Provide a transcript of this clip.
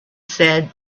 said